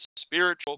spiritual